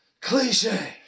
Cliche